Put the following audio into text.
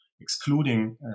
excluding